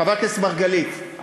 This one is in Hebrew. חבר הכנסת מרגלית.